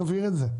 נבהיר את זה.